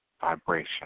vibration